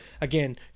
again